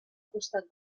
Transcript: costat